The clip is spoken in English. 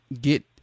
get